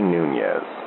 Nunez